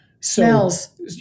smells